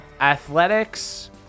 athletics